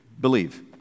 believe